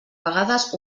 vegades